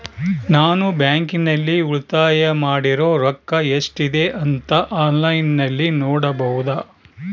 ನಾನು ಬ್ಯಾಂಕಿನಲ್ಲಿ ಉಳಿತಾಯ ಮಾಡಿರೋ ರೊಕ್ಕ ಎಷ್ಟಿದೆ ಅಂತಾ ಆನ್ಲೈನಿನಲ್ಲಿ ನೋಡಬಹುದಾ?